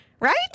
Right